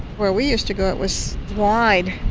where we used to go it was wide.